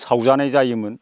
सावजानाय जायोमोन